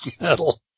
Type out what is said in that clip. metal